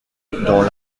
dans